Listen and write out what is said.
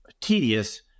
tedious